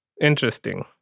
interesting